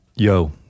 Yo